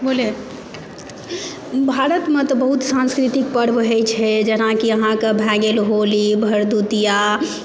बोलिए भारतमे तऽ बहुत सांस्कृतिक पर्व होइत छै जेनाकि अहाँकेँ भए गेल होली भरदुतिआ